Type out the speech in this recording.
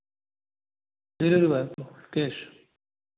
टीस